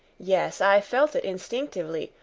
yes, i felt it instinctively,